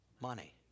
money